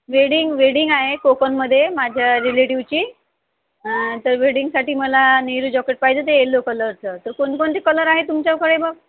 wedding wedding आहे कोकणमध्ये माझ्या रिलेटिव्हची तर वेडिंगसाठी मला नेहरू जॉकेट पाहिजे होती येलो कलरचं तर कोण कोणते कलर आहे तुमच्याकडे मग